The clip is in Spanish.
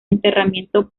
enterramiento